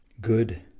good